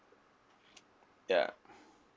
ya